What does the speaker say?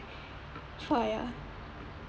try uh